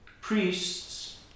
Priests